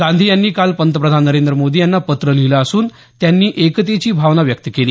गांधी यांनी काल पंतप्रधान नेंद्र मोदी यांना पत्र लिहिलं असून त्यांनी एकतेची भावना व्यक्त केली